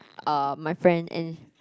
uh my friend and